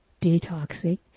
detoxing